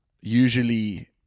Usually